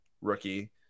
rookie